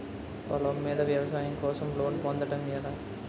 పొలం మీద వ్యవసాయం కోసం లోన్ పొందటం ఎలా?